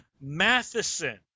matheson